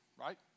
right